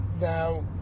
now